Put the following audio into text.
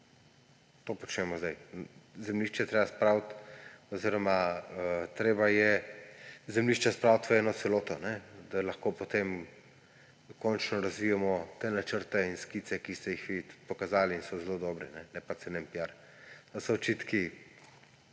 To počnemo zdaj. Zemljišče je treba spraviti oziroma treba je zemljišča spraviti v eno celoto, da lahko potem končno razvijemo te načrte in skice, ki ste jih vi pokazali, in so zelo dobri, ne pa cenen piar. Da so očitki